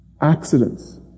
accidents